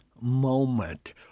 moment